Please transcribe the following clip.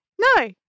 No